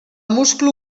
musclo